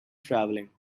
travelling